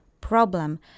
problem